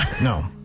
no